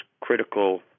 critical